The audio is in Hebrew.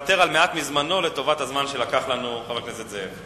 שיוותר על מעט מזמנו לטובת הזמן שלקח לנו חבר הכנסת זאב.